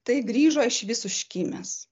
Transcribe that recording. tai grįžo išvis užkimęs